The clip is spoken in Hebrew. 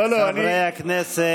לא לא, חברי הכנסת,